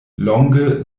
longe